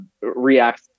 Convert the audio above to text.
react